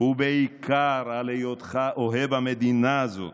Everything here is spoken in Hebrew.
ובעיקר על היותך אוהב המדינה הזאת,